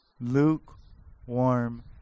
lukewarm